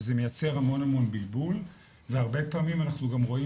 זה מייצר המון בלבול והרבה פעמים אנחנו גם רואים